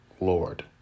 Lord